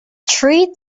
treat